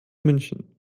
münchen